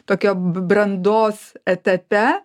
tokia brandos etape